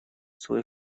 свой